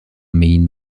mean